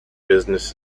business